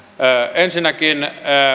ensinnäkin